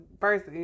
First